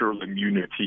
immunity